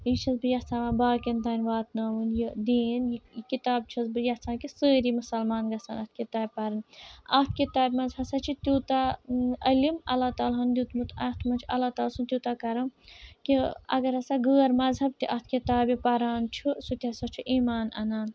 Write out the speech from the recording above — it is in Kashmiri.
یہِ چھیٚس بہٕ یَژھان وۄنۍ باقیَن تانۍ واتناوُن یہِ دیٖن یہِ کِتاب چھیٚس بہٕ یَژھان کہِ سٲری مُسلمان گَژھیٚن اتھ کِتابہِ پَرٕنۍ اتھ کِتابہ منٛز ہَسا چھُ تیٛوتاہ علم اللہ تعالیٰ ہَن دیٛتمُت اَتھ منٛز چھُ اللہ تعالیٰ سُنٛد تیٛوتاہ کَرَم کہِ اگر ہَسا غٲر مذہَب تہِ اَتھ کِتابہِ پَران چھُ سُہ تہِ ہَسا چھُ ایٖمان اَنان